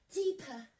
deeper